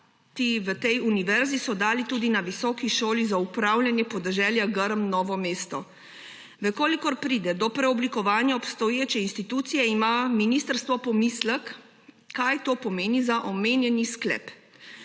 v tej univerzi so dali tudi na Visoki šoli za upravljanje podeželja Grm Novo mesto. Če pride do preoblikovanja obstoječe institucije, ima ministrstvo pomislek, kaj to pomenjeni za omenjeni sklep.